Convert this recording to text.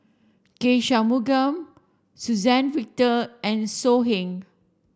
K Shanmugam Suzann Victor and So Heng